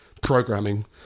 programming